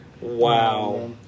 wow